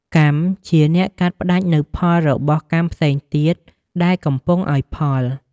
កម្មជាអ្នកកាត់ផ្តាច់នូវផលរបស់កម្មផ្សេងទៀតដែលកំពុងឲ្យផល។